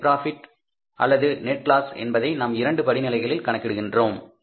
net profit அல்லது net loss என்பதை நாம் இரண்டு படிநிலைகளில் கணக்கிடுகின்றோம்